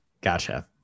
Gotcha